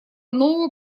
нового